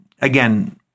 Again